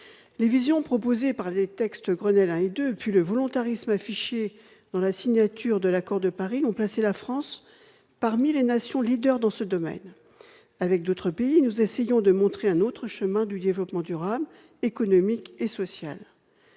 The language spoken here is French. Les visions proposées par les textes Grenelle I et II, puis le volontarisme affiché dans la signature de l'accord de Paris ont placé la France parmi les nations dans ce domaine. Avec d'autres pays, nous essayons de montrer un autre chemin de développement durable, économique et social.